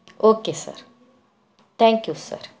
okay sir thank you sir